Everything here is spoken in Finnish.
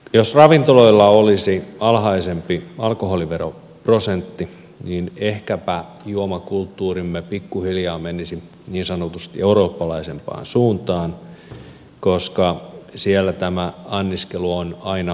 jos ravintoloilla olisi alhaisempi alkoholiveroprosentti niin ehkäpä juomakulttuurimme pikkuhiljaa menisi niin sanotusti eurooppalaisempaan suuntaan koska siellä tämä anniskelu on aina valvottua